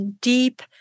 deep